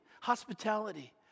hospitality